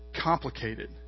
complicated